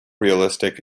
realistic